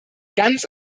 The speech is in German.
ganz